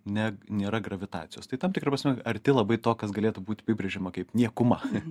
ne nėra gravitacijos tai tam tikra prasme arti labai to kas galėtų būti apibrėžiama kaip niekuma